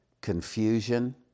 confusion